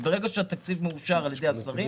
ברגע שהתקציב מאושר על ידי השרים,